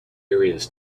areas